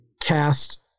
cast